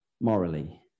morally